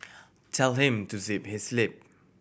tell him to zip his lip